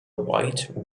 white